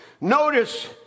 Notice